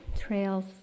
trails